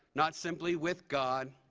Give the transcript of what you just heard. not simply with god,